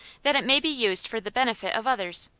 that it may be used for the benefit of others.